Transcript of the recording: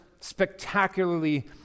spectacularly